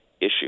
issue